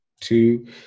two